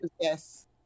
Yes